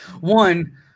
One